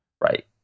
Right